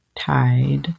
tide